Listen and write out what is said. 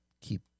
keep